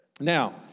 Now